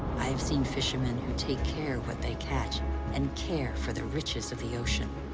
i have seen fishermen who take care what they catch and care for the riches of the ocean.